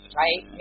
right